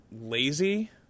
lazy